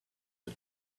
her